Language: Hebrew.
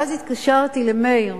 ואז התקשרתי למאיר,